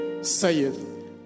saith